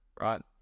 Right